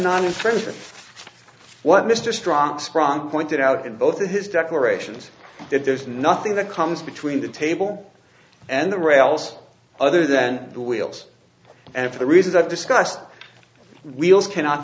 of what mr strong scrum pointed out in both of his declarations that there's nothing that comes between the table and the rails other than the wheels and for the reasons i've discussed wheels cannot